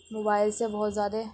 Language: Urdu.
موبائل سے بہت زیادہ